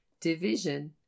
Division